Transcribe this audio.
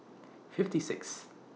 fifty Sixth